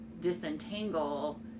disentangle